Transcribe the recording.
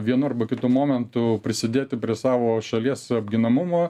vienu arba kitu momentu prisidėti prie savo šalies apginamumo